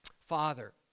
Father